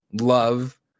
love